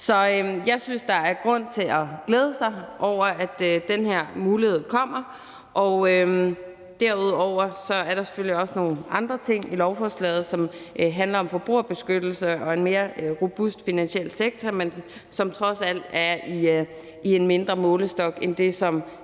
Så jeg synes, der er grund til at glæde sig over, at den her mulighed kommer. Derudover er der selvfølgelig også nogle andre ting i lovforslaget, som handler om forbrugerbeskyttelse og en mere robust finansiel sektor, men som trods alt er i en mindre målestok end det, som